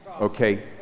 Okay